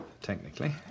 Technically